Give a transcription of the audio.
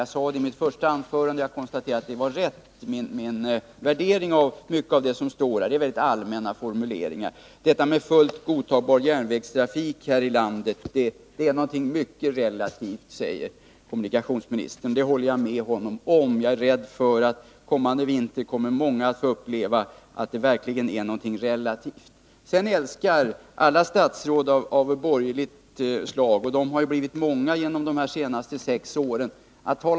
Jag sade i mitt första anförande att formuleringarna var mycket allmänna, och jag konstaterar att min värdering var riktig. Detta med fullt godtagbar järnvägstrafik här i landet är någonting mycket relativt, säger kommunikationsministern. Det håller jag med honom om. Jag är rädd för att många under kommande vinter får uppleva att det verkligen är någonting relativt. De borgerliga lovade 1976 och 1979 att allt skulle bli så enormt bra.